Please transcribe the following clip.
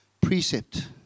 Precept